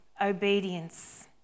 obedience